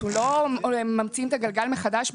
אנחנו לא בהכרח ממציאים את הגלגל מחדש.